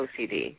OCD